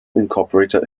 incorporated